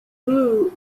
blew